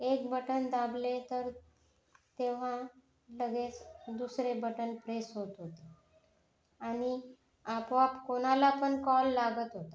एक बटन दाबले तर तेव्हा लगेच दुसरे बटन प्रेस होत होते आणि आपोआप कोणाला पण कॉल लागत होता